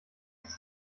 ist